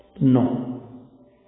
No